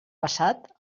passat